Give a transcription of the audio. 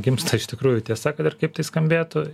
gimsta iš tikrųjų tiesa kad ir kaip tai skambėtų